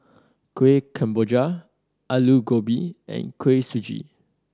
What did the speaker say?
Kueh Kemboja Aloo Gobi and Kuih Suji